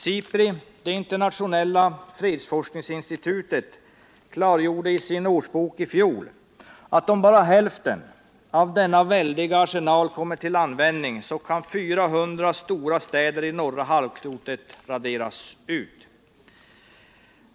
SIPRI, det internationella fredsforskningsinstitutet, klargjorde i sin årsbok i fjol att om bara hälften av denna väldiga arsenal kommer till användning, kan 400 stora städer på norra halvklotet raderas ut.